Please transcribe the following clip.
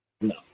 No